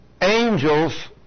angels